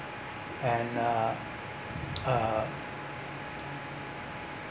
and uh uh